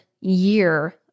year